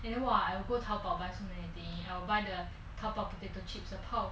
and then !wah! I will go 淘宝 to buy so many things I will buy the potato chips the 泡